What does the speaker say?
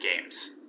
games